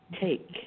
Take